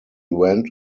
went